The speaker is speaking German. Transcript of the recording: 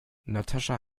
natascha